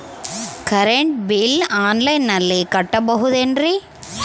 Current bill ಆನ್ಲೈನಿನಲ್ಲಿ ಕಟ್ಟಬಹುದು ಏನ್ರಿ?